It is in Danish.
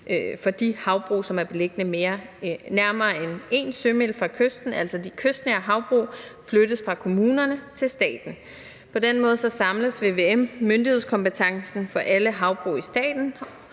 for de havbrug, som er beliggende nærmere end 1 sømil fra kysten, altså de kystnære havbrug, flyttes fra kommunerne til staten. På den måde samles vvm-myndighedskompetencen for alle havbrug i staten.